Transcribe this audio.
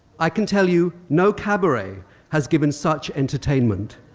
i can tell you no cabaret has given such entertainment.